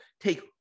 take